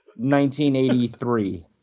1983